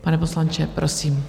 Pane poslanče, prosím.